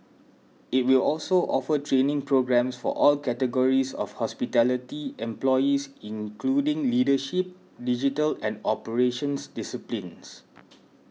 it will also offer training programmes for all categories of hospitality employees including leadership digital and operations disciplines